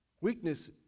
Weakness